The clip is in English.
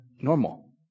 Normal